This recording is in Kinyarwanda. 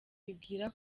bibwira